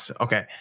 Okay